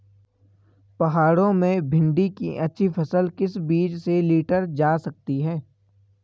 पहाड़ों में भिन्डी की अच्छी फसल किस बीज से लीटर जा सकती है?